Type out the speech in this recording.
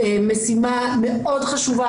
משימה מאוד חשובה,